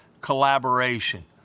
collaboration